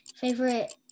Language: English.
Favorite